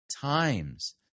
times